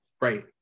Right